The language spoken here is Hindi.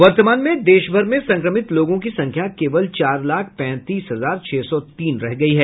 वर्तमान में देशभर में संक्रमित लोगों की संख्या केवल चार लाख पैंतीस हजार छह सौ तीन रह गई है